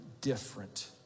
different